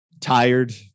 tired